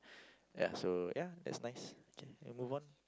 ya so ya that's nice K move on